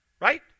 Right